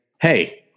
hey